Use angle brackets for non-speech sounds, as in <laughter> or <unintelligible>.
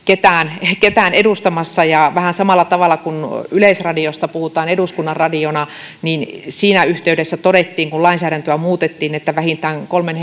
ketään edustamassa ja vähän samalla tavalla kuin yleisradiosta puhutaan eduskunnan radiona niin siinä yhteydessä todettiin kun lainsäädäntöä muutettiin että vähintään kolmen <unintelligible>